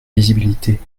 visibilité